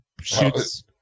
shoots